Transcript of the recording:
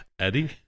Eddie